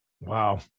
Wow